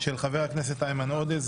של חבר הכנסת איימן עודה.